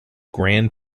grand